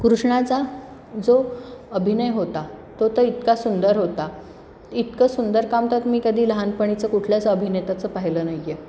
कृष्णाचा जो अभिनय होता तो तर इतका सुंदर होता इतकं सुंदर काम तर मी कधी लहानपणीचं कुठल्याच अभिनेत्याचं पाहिलं नाही आहे